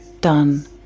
done